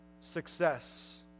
success